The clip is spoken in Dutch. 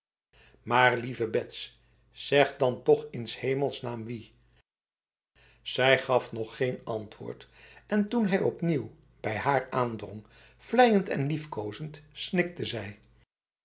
maar lieve bets zeg dan toch in s hemelsnaam wie zij gaf nog geen antwoord en toen hij opnieuw bij haar aandrong vleiend en liefkozend snikte zij